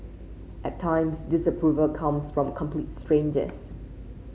at times disapproval comes from complete strangers